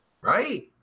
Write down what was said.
Right